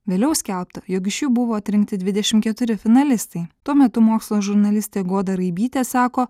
vėliau skelbta jog iš jų buvo atrinkti dvidešim keturi finalistai tuo metu mokslo žurnalistė goda raibytė sako